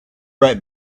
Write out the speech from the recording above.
right